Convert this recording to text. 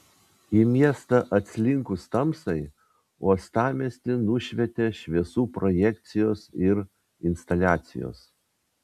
į miestą atslinkus tamsai uostamiestį nušvietė šviesų projekcijos ir instaliacijos